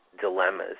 dilemmas